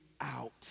out